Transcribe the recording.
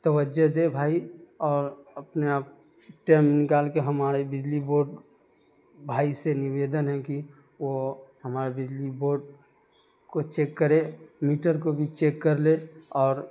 توجہ دیں بھائی اور اپنے آپ ٹئم نکال کے ہمارے بجلی بورڈ بھائی سے نویدن ہے کہ وہ ہمارا بجلی بورڈ کو چیک کرے میٹر کو بھی چیک کر لے اور